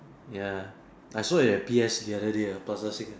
ya I saw it at P_S the other day ah Plaza Sing ah